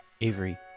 Avery